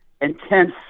intense